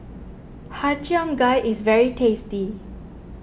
Har Cheong Gai is very tasty